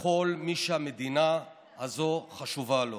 לכל מי שהמדינה הזו חשובה לו,